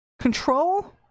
control